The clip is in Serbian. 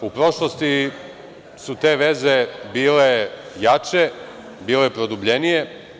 U prošlosti su te veze bile jače, bile produbljenije.